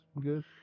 good